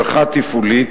בריכה תפעולית,